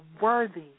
worthy